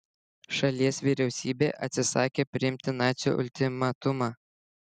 šalies vyriausybė atsisakė priimti nacių ultimatumą